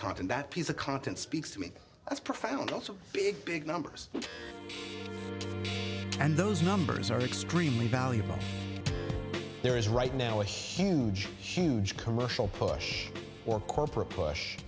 content that piece of content speaks to me that's profound also big big numbers and those numbers are extremely valuable there is right now a huge huge commercial push or corporate push